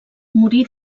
morí